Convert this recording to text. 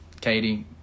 Katie